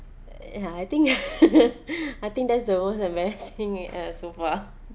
ya I think I think that's the most embarrassing uh so far